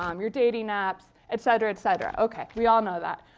um your dating apps. etcetera, etcetera. okay. we all know that.